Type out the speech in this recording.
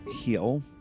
heal